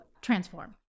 transform